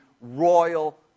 Royal